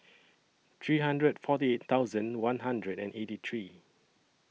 three hundred forty thousand one hundred and eighty three